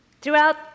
throughout